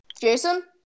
jason